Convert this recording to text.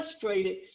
frustrated